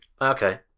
Okay